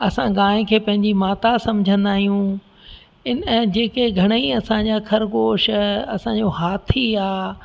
असां गांइ खे पंहिंजी माता सम्झंदा आहियूं इन जेके घणई असां जा ख़रगोश असां जो हाथी आहे